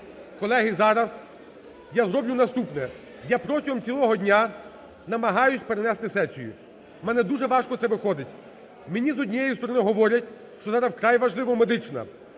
Колеги, зараз я зроблю наступне. Я протягом цілого дня намагаюсь перенести сесію. У мене дуже важко це виходить. Мені з однієї сторони говорять, що надо, вкрай важлива медична.